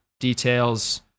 details